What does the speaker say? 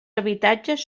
habitatges